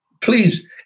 please